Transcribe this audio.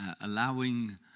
allowing